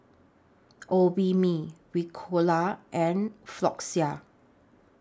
Obimin Ricola and Floxia